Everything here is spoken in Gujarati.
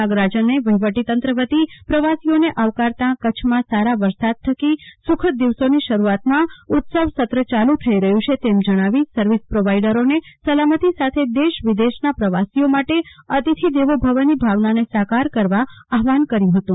નાગરાજને વફીવટીતંત્ર વતી પ્રવાસીઓને આવકારતાં કચ્છમાં સારાં વરસાદ થકી સુખદ દિવસોની શરૂઆતમાં ઉત્સવનું સત્ર ચાલુ થઇ રહ્યું છે તેમ જણાવી સર્વિસ પ્રોવાઇડરોને સલામતી સાથે દેશ વિદેશનાં પ્રવાસીઓ માટે અતિથિદેવો ભવની ભાવનાને સાકાર બનાવવા આહ્વાન કર્યું હતું